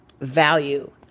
value